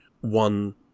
one